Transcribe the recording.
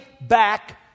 back